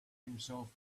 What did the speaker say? himself